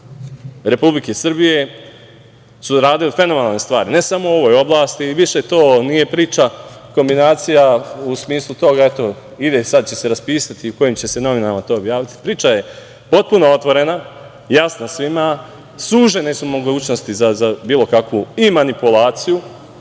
Republike Srbije su odradili fenomenalne stvari, ne samo u ovoj oblasti i više to nije priča kombinacija u smislu toga - ide i sad će se raspisati u kojim će se novinama to objaviti. Priča je potpuno otvorena, jasna svima, sužene su mogućnosti za bilo kakvu i manipulaciju,